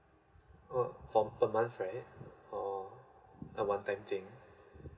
oh pe~ per month right or a one time thing